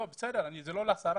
לא, הם לא מטפלים,